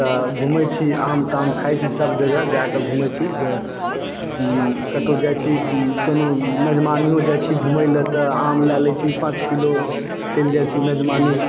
तऽ घुमै छी आम ताम खाय छी सब जगह जाके घुमय छी जॅं कत्तौ जाय छी कोनो मेजमानियो जाय छी घुमय लए तऽ आम लय लै छी पाँच किलो चलि जाइ छी मेजमानी